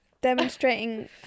demonstrating